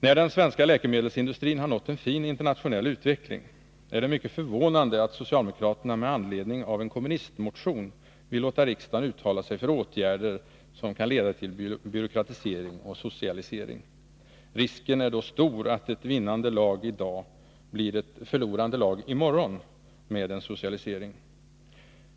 När den svenska läkemedelsindustrin har nått en fin internationell utveckling är det mycket förvånande att socialdemokraterna med anledning av en kommunistmotion vill låta riksdagen uttala sig för åtgärder som kan leda till byråkratisering och socialisering. Risken är stor att, med en socialisering, ett vinnande lag i dag blir ett förlorande lag i morgon.